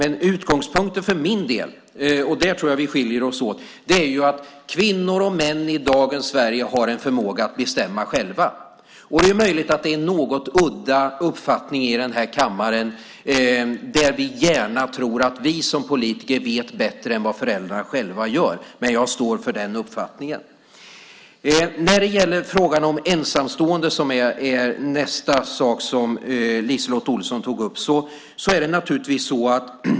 Men utgångspunkten för min del - och där tror jag att vi skiljer oss åt - är att kvinnor och män i dagens Sverige har en förmåga att bestämma själva. Det är möjligt att det är en något udda uppfattning i den här kammaren, där vi gärna tror att vi som politiker vet bättre än vad föräldrarna själva gör. Men jag står för den uppfattningen. Frågan om ensamstående var nästa sak som LiseLotte Olsson tog upp.